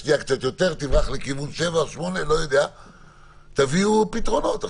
אני מכוון אתכם לפתרונות הללו.